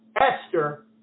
Esther